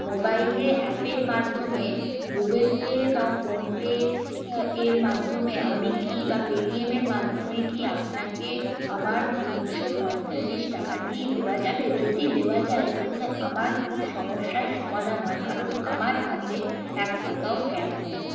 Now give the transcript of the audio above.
মোবাইলে অ্যাপের মাধ্যমে গুগল পে বা ফোন পে এর মাধ্যমে আমি কি বা পেটিএমের মাধ্যমে কি আপনাকে আমার তিনশো পঁয়তাল্লিশ টাকাটি দেওয়া যাবে যদি দেওয়া যায় তাহলে আমার খুব সমস্যার সমাধান হয় কারণ আমার হাতে এক টাকাও ক্যাশ নেই